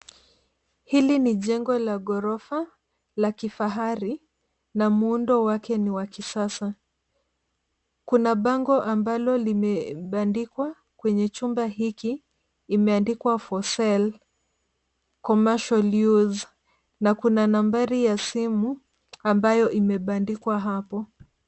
Hili ni jengo la gorofa la kifahari na muundo wake ni wa kisasa. Kuna bango ambalo limebandikwa kwenye chumba hiki; imeandikwa For sale, Commecial use na kuna nambari ya simu ambayo imebandikwa hapo.